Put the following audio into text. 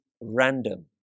random